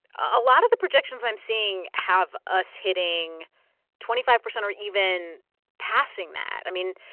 a lot of the projections i'm seeing have us hitting twenty five percent or even passing that. i mean,